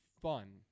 fun